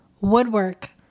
woodwork